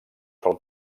sol